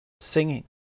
singing